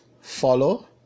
follow